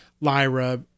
Lyra